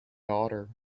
daughter